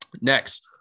Next